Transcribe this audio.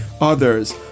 others